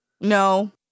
No